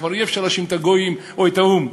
כבר אי-אפשר להאשים את הגויים או את האו"ם: